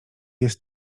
jest